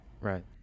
Right